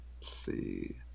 see